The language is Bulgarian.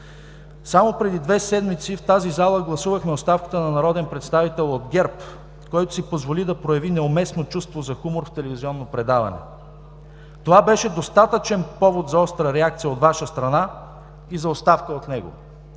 Само преди две седмици в тази зала гласувахме оставката на народен представител от ГЕРБ, който си позволи да прояви неуместно чувство за хумор в телевизионно предаване. Това беше достатъчен повод за остра реакция от Ваша страна и за оставка от него.